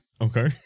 Okay